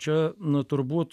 čia nu turbūt